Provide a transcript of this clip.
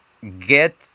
get